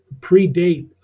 predate